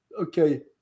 okay